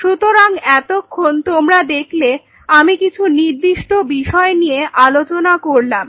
সুতরাং এতক্ষণ তোমরা দেখলে আমি কিছু নির্দিষ্ট বিষয় নিয়ে আলোচনা করলাম